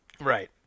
Right